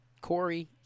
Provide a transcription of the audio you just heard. Corey